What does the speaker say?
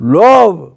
love